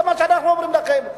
זה מה שאנחנו אומרים לכם.